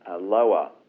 lower